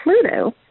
Pluto